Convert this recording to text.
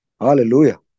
Hallelujah